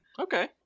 Okay